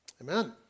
Amen